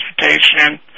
transportation